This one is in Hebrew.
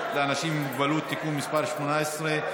לאנשים עם מוגבלות (תיקון מס' 18),